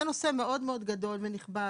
זה נושא מאוד מאוד גדול ונכבד,